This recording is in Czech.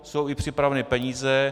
Jsou i připravené peníze.